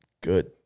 good